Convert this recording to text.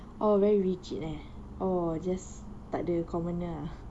oh very rigid eh or just tak ada commoner ah